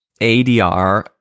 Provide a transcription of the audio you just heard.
ADR